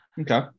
Okay